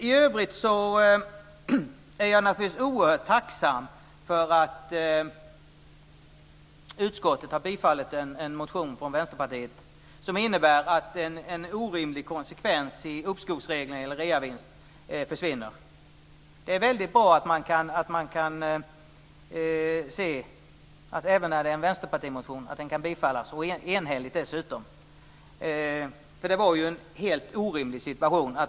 I övrigt är jag naturligtvis oerhört tacksam för att utskottet har tillstyrkt en motion från Vänsterpartiet som innebär att en orimlig konsekvens i uppskovsreglerna när det gäller reavinst försvinner. Det är väldigt bra att man kan se att även en vänsterpartimotion kan tillstyrkas, och enhälligt dessutom. Det var en helt orimlig situation.